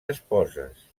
esposes